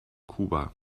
kuba